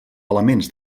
elements